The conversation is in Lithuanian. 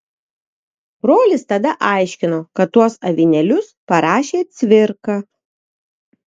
brolis tada aiškino kad tuos avinėlius parašė cvirka